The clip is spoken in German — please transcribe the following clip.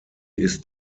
ist